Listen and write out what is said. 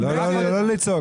לא, לא, לא לצעוק.